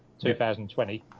2020